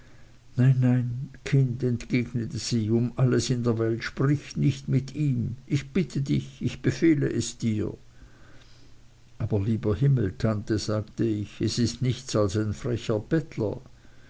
nein nein kind entgegnete sie um alles in der welt sprich nicht mit ihm ich bitte dich ich befehle es dir aber lieber himmel tante sagte ich er ist nichts als ein frecher bettler